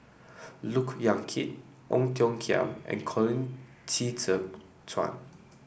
Look Yan Kit Ong Tiong Khiam and Colin Qi Zhe Quan